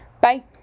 Bye